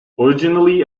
originally